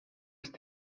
ist